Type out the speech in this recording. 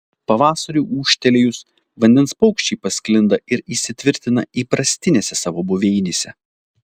pavasariui ūžtelėjus vandens paukščiai pasklinda ir įsitvirtina įprastinėse savo buveinėse